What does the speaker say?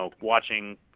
watching